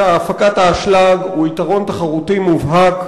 שהפקת האשלג היא יתרון תחרותי מובהק